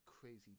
crazy